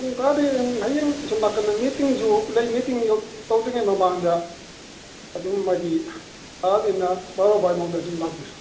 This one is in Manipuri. ꯄꯨꯡ ꯇꯔꯥꯗꯒꯤ ꯍꯌꯦꯡ ꯑꯁꯣꯝ ꯅꯥꯀꯟꯗ ꯃꯤꯇꯤꯡꯁꯨ ꯂꯩ ꯃꯤꯇꯤꯡꯗꯨ ꯇꯧꯗ꯭ꯔꯤꯉꯩ ꯃꯃꯥꯡꯗ ꯑꯗꯨꯝ ꯍꯥꯏꯗꯤ ꯂꯥꯛꯑꯃꯤꯅ ꯕꯥꯔꯣꯐꯧ ꯃꯃꯥꯡꯗ ꯑꯗꯨꯝ ꯂꯥꯛꯄꯤꯔꯣ